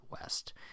west